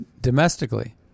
domestically